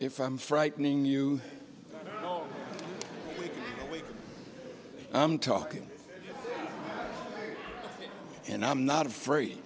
from frightening you know i'm talking and i'm not afraid